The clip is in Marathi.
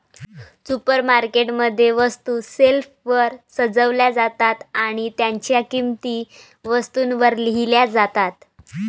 सुपरमार्केट मध्ये, वस्तू शेल्फवर सजवल्या जातात आणि त्यांच्या किंमती वस्तूंवर लिहिल्या जातात